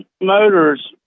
motors